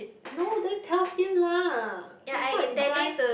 no then tell him lah if not he drive